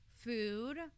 Food